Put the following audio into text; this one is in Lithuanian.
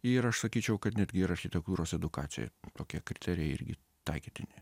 ir aš sakyčiau kad netgi architektūros edukacijoj tokie kriterijai irgi taikytini